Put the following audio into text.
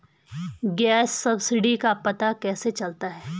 Gas subsidy का पता कैसे चलता है?